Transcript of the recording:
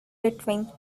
between